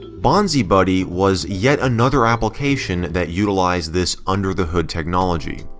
bonzibuddy was yet another application that utilized this under-the-hood technology.